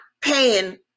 paying